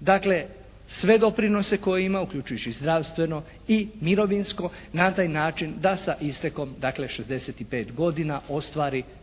Dakle, sve doprinose koje ima, uključujući i zdravstveno i mirovinsko na taj način da sa istekom dakle 65 godina ostvari ako